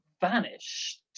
vanished